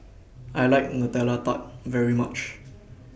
I like Nutella Tart very much